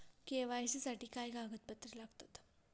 KYC साठी काय कागदपत्रे लागतात?